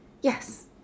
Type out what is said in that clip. Yes